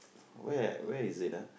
where where is it ah